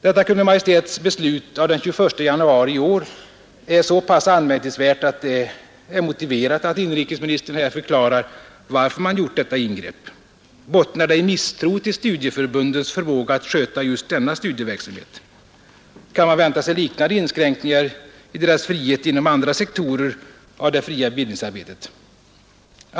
Detta Kungl. Maj:ts beslut av den 21 januari i år är så pass anmärkningsvärt att det är motiverat, att inrikesministern här förklarar varför man gjort detta ingrepp. Bottnar det i misstro till studieförbun dens förmåga att sköta just denna studieverksamhet? Kan man vänta sig liknande inskränkningar i deras frihet inom andra sektorer av det fria bildningsarbetet?